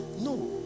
No